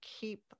keep